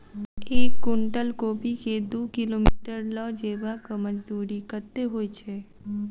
एक कुनटल कोबी केँ दु किलोमीटर लऽ जेबाक मजदूरी कत्ते होइ छै?